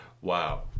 Wow